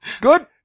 Good